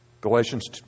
Galatians